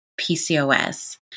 PCOS